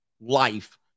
life